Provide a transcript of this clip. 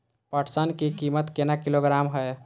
पटसन की कीमत केना किलोग्राम हय?